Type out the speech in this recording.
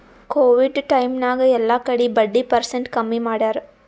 Covid time ನಾಗ್ ಎಲ್ಲಾ ಕಡಿ ಬಡ್ಡಿ ಪರ್ಸೆಂಟ್ ಕಮ್ಮಿ ಮಾಡ್ಯಾರ್